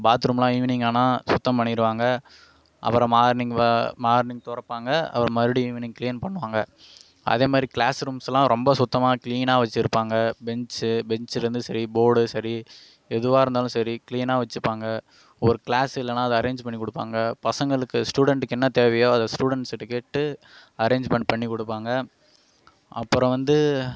பாத்ரூம்லாம் ஈவினிங்கான்னா சுத்தம் பண்ணிடுவாங்க அப்றம் மார்னிங் வ மார்னிங் திறப்பாங்க அப்றம் மறுபுடி ஈனிவிங் கிளீன் பண்ணுவாங்க அதேமாதிரி கிளாஸ் ரூம்ஸ் எல்லாம் ரொம்ப சுத்தமாக கிளீனாக வச்சிருப்பாங்க பெஞ்சி பெஞ்சில் இருந்து சரி போடும் சரி எதுவாக இருந்தாலும் சரி கிளீனாக வச்சிப்பாங்க ஒரு கிளாஸ் இல்லைனா அதை அரேஞ் பண்ணி கொடுப்பாங்க பசங்களுக்கு ஸ்டுடென்டுக்கு என்ன தேவையோ அதை ஸ்டுடென்ட்ஸ் கிட்ட கேட்டு அரேஞ்மென்ட் பண்ணி கொடுப்பாங்க அப்றம் வந்து